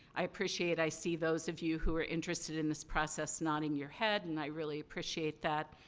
i appreciate, i see those of you who are interested in this process nodding your head. and, i really appreciate that.